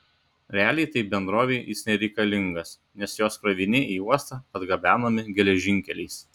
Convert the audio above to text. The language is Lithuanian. realiai tai bendrovei jis nereikalingas nes jos kroviniai į uostą atgabenami geležinkeliais